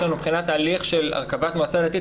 מבחינת ההליך של הרכבת מועצה דתית,